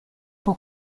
può